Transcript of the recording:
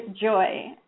joy